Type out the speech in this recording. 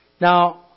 Now